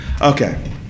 Okay